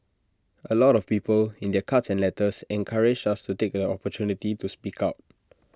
A lot of people in their cards and letters encouraged us to take the opportunity to speak out